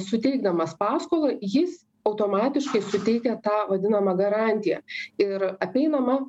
suteikdamas paskolą jis automatiškai suteikia tą vadinamą garantiją ir apeinama